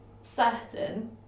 certain